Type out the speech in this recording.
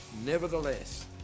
nevertheless